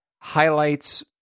highlights